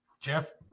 Jeff